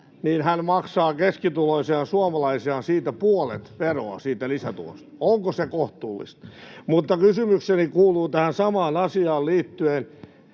niin hän maksaa keskituloisena suomalaisena puolet veroa siitä lisätulosta. Onko se kohtuullista? Kysymykseni kuuluu tähän samaan asiaan liittyen: